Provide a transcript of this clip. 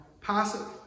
passive